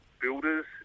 builders